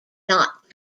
not